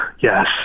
Yes